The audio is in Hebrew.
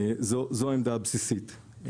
זו העמדה הבסיסית.